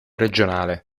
regionale